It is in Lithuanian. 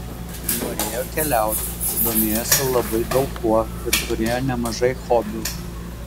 norėjo keliauti domėjosi labai daug kuo ir turėjo nemažai hobių